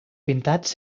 pintats